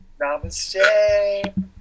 Namaste